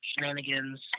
shenanigans